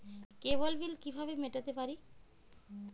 কেবল bill কিভাবে মেটাতে পারি?